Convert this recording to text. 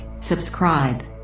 subscribe